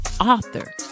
author